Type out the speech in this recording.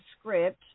script